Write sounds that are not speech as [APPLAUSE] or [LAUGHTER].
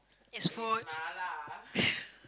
it's food [LAUGHS]